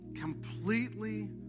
completely